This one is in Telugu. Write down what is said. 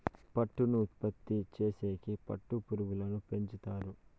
పట్టును ఉత్పత్తి చేసేకి పట్టు పురుగులను పెంచుతారు